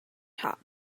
top